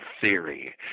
theory